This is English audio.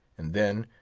and then,